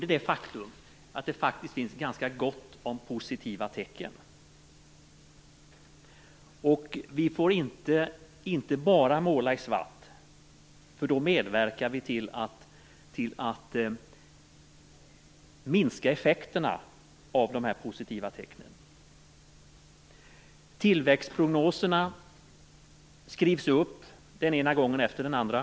Det är det faktum att det faktiskt finns ganska gott om positiva tecken. Vi får inte bara måla i svart, för då medverkar vi till att minska effekterna av de här positiva tecknen. Tillväxtprognoserna skrivs upp den ena gången efter den andra.